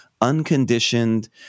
unconditioned